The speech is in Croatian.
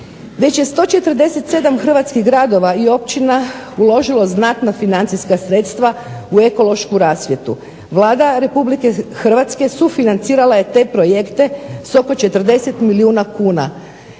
Već je 147 Hrvatskih gradova i općina uložila znatna financijska sredstva u ekološku rasvjetu. Vlada Republike Hrvatske sufinancirala je te projekte sa oko 40 milijuna kuna